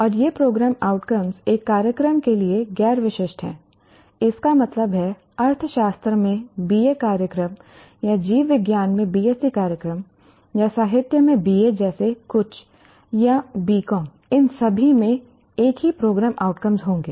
और ये programme outcome एक कार्यक्रम के लिए गैर विशिष्ट हैं इसका मतलब है अर्थशास्त्र में BA कार्यक्रम या जीव विज्ञान में BSc कार्यक्रम या साहित्य में BA जैसे कुछ या BCom इन सभी में एक ही प्रोग्राम आउटकम होंगे